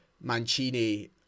Mancini